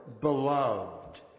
beloved